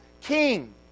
king